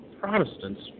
Protestants